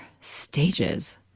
stages